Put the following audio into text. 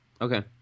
Okay